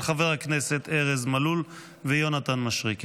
של חברי הכנסת ארז מלול ויונתן מישרקי.